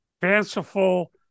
fanciful